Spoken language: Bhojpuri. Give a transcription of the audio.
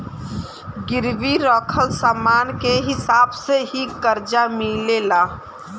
गिरवी रखल समान के हिसाब से ही करजा मिलेला